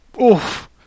oof